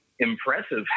Impressive